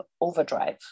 overdrive